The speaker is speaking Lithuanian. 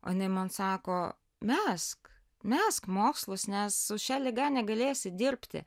o jinai man sako mesk mesk mokslus nes su šia liga negalėsi dirbti